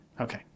Okay